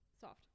soft